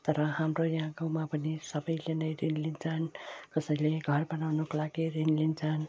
तर हाम्रो यहाँ गाउँमा भने सबैले नै ऋण लिन्छन् कसैले घर बनाउनुको लागि ऋण लिन्छन्